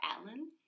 Alan